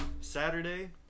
saturday